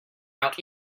out